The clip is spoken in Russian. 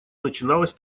начиналось